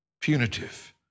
punitive